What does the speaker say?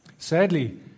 Sadly